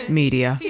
media